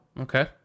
Okay